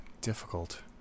difficult